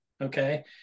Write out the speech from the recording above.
Okay